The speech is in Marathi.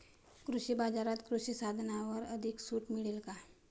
कृषी बाजारात कृषी साधनांवर अधिक सूट मिळेल का?